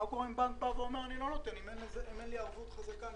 מה קורה אם בנק אומר: אם אין לי ערבות חזקה,